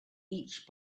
each